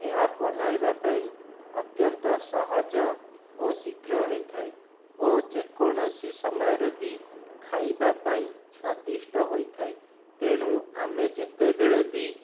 ଏହା ବନାଇବା ପାଇଁ ଅତ୍ୟନ୍ତ ସହଜ ଓ ଶୀଘ୍ର ହୋଇଥାଏ ଓ ଯେକୌଣସି ସମୟରେ ବି ଖାଇବାପାଇଁ ସ୍ୱାଦିଷ୍ଟ ହୋଇଥାଏ ତେଣୁ ଆମେ ଯେତେବେଳେ ବି